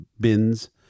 bins